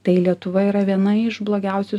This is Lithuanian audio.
tai lietuva yra viena iš blogiausių